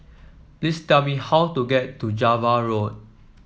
please tell me how to get to Java Road